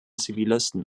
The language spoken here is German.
zivilisten